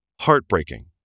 heartbreaking